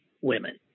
women